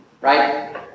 Right